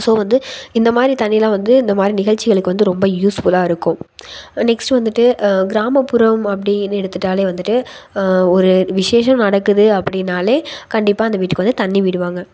so வந்து இந்த மாதிரி தண்ணிலாம் வந்து இந்த மாதிரி நிகழ்ச்சிகளுக்கு வந்து ரொம்ப யூஸ்ஃபுல்லாக இருக்கும் நெக்ஸ்ட் வந்துவிட்டு கிராமப்புறம் அப்படின்னு எடுத்துகிட்டாலே வந்துவிட்டு ஒரு விசேஷம் நடக்குது அப்படின்னாலே கண்டிப்பாக அந்த வீட்டுக்கு வந்து தண்ணி விடுவாங்க